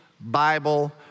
Bible